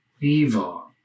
evil